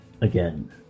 again